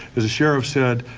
the sheriff said,